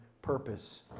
Purpose